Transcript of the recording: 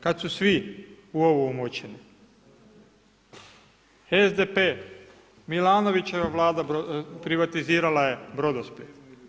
Kada su svi u ovo umočeni, SDP Milanovićeva Vlada, privatizirala je Brodosplit.